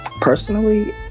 Personally